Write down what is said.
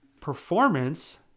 performance